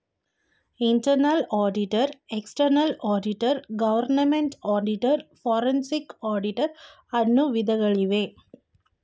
internal auditor, external auditor, government auditor, forensic auditor, ಅನ್ನು ವಿಧಗಳಿವೆ